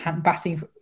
batting